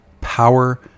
power